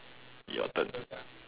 your turn